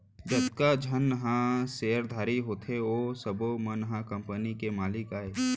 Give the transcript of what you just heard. जतका झन ह सेयरधारी होथे ओ सब्बो मन ह कंपनी के मालिक अय